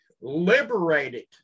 liberated